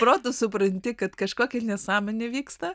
protu supranti kad kažkokia nesąmonė vyksta